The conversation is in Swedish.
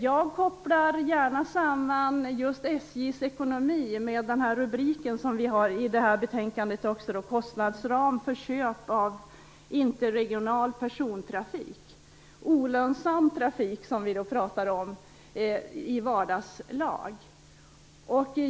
Jag kopplar gärna samman SJ:s ekonomi med rubriken - Kostnadsram för köp av interregional persontrafik. Olönsam trafik talar vi om i vardagslag.